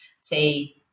say